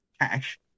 cash